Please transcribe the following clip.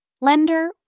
lender